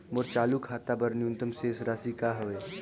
मोर चालू खाता बर न्यूनतम शेष राशि का हवे?